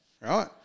right